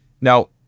Now